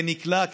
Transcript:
כנקלע,